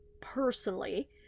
personally